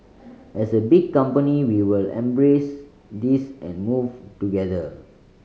as a big company we will embrace this and move together